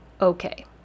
okay